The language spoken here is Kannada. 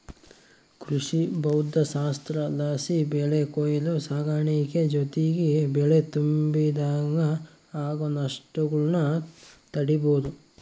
ಕೃಷಿಭೌದ್ದಶಾಸ್ತ್ರಲಾಸಿ ಬೆಳೆ ಕೊಯ್ಲು ಸಾಗಾಣಿಕೆ ಜೊತಿಗೆ ಬೆಳೆ ತುಂಬಿಡಾಗ ಆಗೋ ನಷ್ಟಗುಳ್ನ ತಡೀಬೋದು